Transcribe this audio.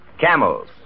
camels